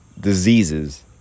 diseases